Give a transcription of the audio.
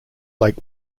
lake